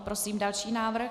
Prosím další návrh.